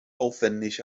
aufwendig